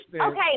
Okay